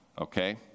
okay